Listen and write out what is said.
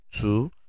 two